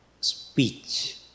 Speech